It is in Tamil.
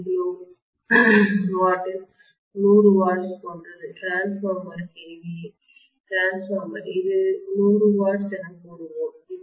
2 கிலோவாட்டில் நூறு வாட்ஸ் போன்றது ட்ரான்ஸ்ஃபார்மர் kVA ட்ரான்ஸ்ஃபார்மர் இது 100 வாட்ஸ் எனக் கூறுவோம்